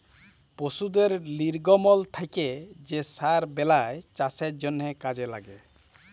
পশুদের লির্গমল থ্যাকে যে সার বেলায় চাষের জ্যনহে কাজে ল্যাগে